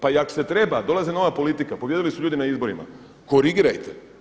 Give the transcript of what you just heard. Pa i ako se treba, dolazi nova politika, pobijedili su ljudi na izborima, korigirajte.